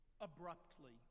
abruptly